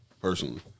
Personally